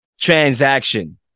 transaction